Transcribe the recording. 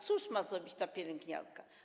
Cóż ma zrobić pielęgniarka?